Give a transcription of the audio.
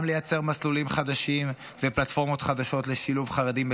גם לייצר מסלולים חדשים ופלטפורמות חדשות לשילוב חרדים בצה"ל,